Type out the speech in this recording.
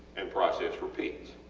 and process repeats.